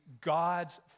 God's